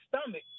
stomach